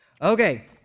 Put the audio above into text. okay